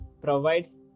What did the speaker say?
provides